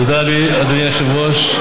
תודה, אדוני היושב-ראש.